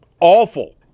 Awful